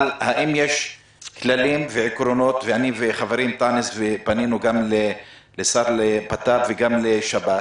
האם יש כללים ועקרונות אני וחברי אנטאנס פנינו גם לשר לבט"פ וגם לשב"ס